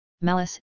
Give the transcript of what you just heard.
malice